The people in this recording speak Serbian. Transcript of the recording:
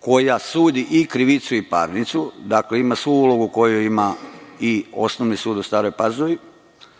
koja sudi i krivicu i parnicu, dakle, ima svu ulogu koju ima i Osnovni sud u Staroj Pazovi,